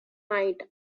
night